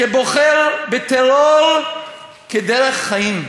שבוחר בטרור כדרך חיים.